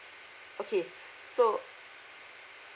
okay so